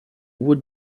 would